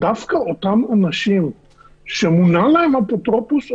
דווקא אותם אנשים שמונה להם אפוטרופוס,